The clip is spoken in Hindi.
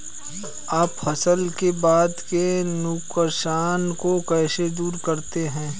आप फसल के बाद के नुकसान को कैसे दूर करते हैं?